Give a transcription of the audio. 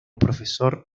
profesor